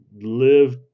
live